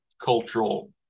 cultural